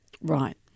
Right